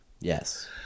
Yes